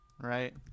Right